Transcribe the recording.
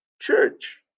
church